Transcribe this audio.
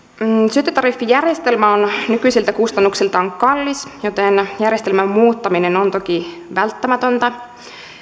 syöttötariffijärjestelmä on nykyisiltä kustannuksiltaan kallis joten järjestelmän muuttaminen on toki välttämätöntä